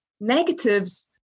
Negatives